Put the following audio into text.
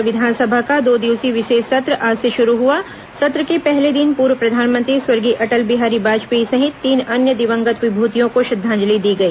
छत्तीसगढ़ विधानसभा का दो दिवसीय विशेष सत्र आज से शुरू हुआ सत्र के पहले दिन पूर्व प्रधानमंत्री स्वर्गीय अटल बिहारी वाजपेयी सहित तीन अन्य दिवंगत विभूतियों को श्रद्वांजलि दी गई